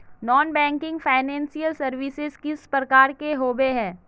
Non banking financial services किस प्रकार के होबे है?